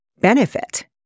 benefit